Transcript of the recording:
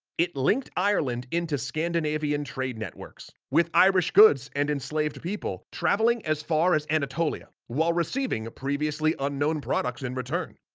it linked ireland into scandinavian trade networks, with irish goods and enslaved people, travelling as far as anatolia, while receiving a previously unknown products in return.